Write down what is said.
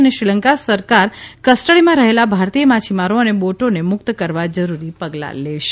અને શ્રીલંકા સરકાર કસ્ટડીમાં રહેલા ભારતીય માછીમારો અને બોટોને મુક્ત કરવા જરૂરી પગલાં લેશે